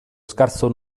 scarso